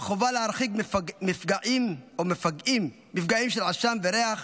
החובה להרחיק מפגעים של עשן וריח